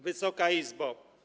Wysoka Izbo!